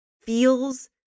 feels